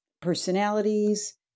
personalities